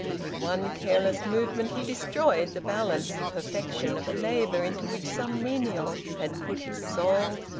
with one careless movement he destroyed the balanced perfection of a labour into which some menial had put his soul,